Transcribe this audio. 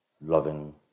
Loving